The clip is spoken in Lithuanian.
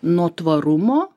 nuo tvarumo